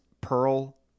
pearl